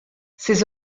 ses